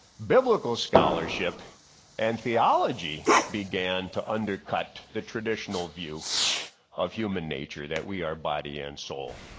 biblical scholarship and theology began to undercut the traditional view of human nature that we are body and soul.